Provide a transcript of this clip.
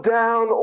down